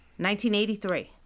1983